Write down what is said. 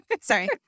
Sorry